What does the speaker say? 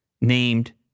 named